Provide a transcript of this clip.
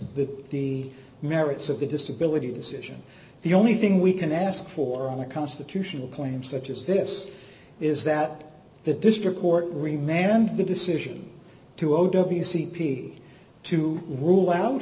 that the merits of the disability decision the only thing we can ask for on a constitutional claim such as this is that the district court remand the decision to o w c p to rule out